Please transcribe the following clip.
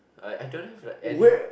I I don't have like any